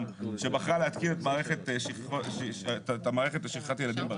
המדינה היחידה בעולם שבחרה להתקין את המערכת לשכחת ילדים ברכב.